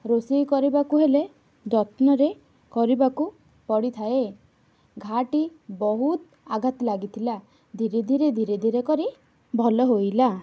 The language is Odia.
ରୋଷେଇ କରିବାକୁ ହେଲେ ଯତ୍ନରେ କରିବାକୁ ପଡ଼ିଥାଏ ଘା' ଟି ବହୁତ ଆଘାତ ଲାଗିଥିଲା ଧୀରେ ଧୀରେ ଧୀରେ ଧୀରେ କରି ଭଲ ହୋଇଲା